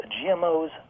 GMOs